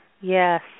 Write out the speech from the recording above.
Yes